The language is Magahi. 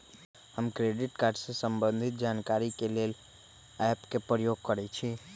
हम क्रेडिट कार्ड से संबंधित जानकारी के लेल एप के प्रयोग करइछि